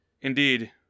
Indeed